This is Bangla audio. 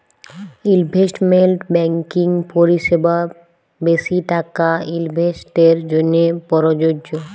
ইলভেস্টমেল্ট ব্যাংকিং পরিসেবা বেশি টাকা ইলভেস্টের জ্যনহে পরযজ্য